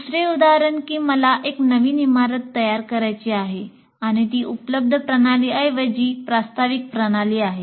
दुसरे उदाहरण आहे कि मला एक नवीन इमारत तयार करायची आहे आणि ती उपलब्ध प्रणालीऐवजी प्रस्तावित प्रणाली आहे